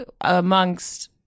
amongst